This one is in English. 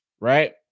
Right